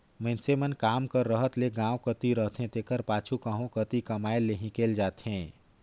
मइनसे मन काम कर रहत ले गाँव कती रहथें तेकर पाछू कहों कती कमाए लें हिंकेल जाथें